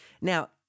Now